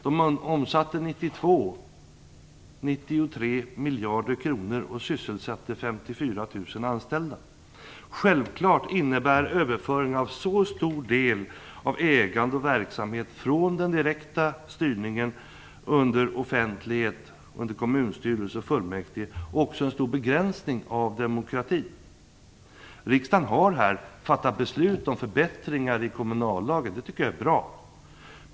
De omsatte under 1992 93 miljarder kronor och sysselsatte 54 000 anställda. Självfallet innebär en överföring av en så stor del av ägande och verksamhet från den direkta styrningen under offentlighet, under kommunstyrelse och fullmäktige, också en stor begränsning av demokratin. Riksdagen har fattat beslut om förbättringar i kommunallagen, vilket jag tycker är bra.